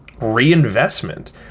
reinvestment